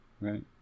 right